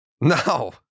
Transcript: No